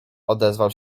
odezwał